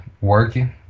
working